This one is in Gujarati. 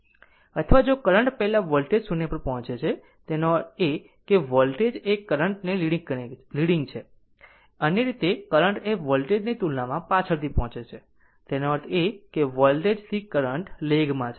અથવા જો કરંટ પહેલાં વોલ્ટેજ 0 પર પહોંચે છે એનો અર્થ એ કે વોલ્ટેજ એ કરંટ ને લીડીંગ કરે છે અન્ય રીતે કે કરંટ એ વોલ્ટેજ ની તુલનામાં પાછળથી પહોંચે છે તેનો અર્થ એ કે વોલ્ટેજ થી કરંટ લેગ માં છે